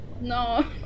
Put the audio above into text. No